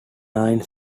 nine